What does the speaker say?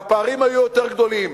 והפערים היו יותר גדולים.